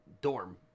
dorm